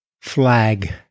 Flag